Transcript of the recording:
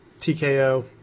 TKO